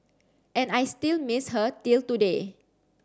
and I still miss her till today